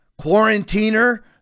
quarantiner